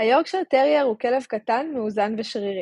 היורקשייר טרייר הוא כלב קטן, מאוזן ושרירי.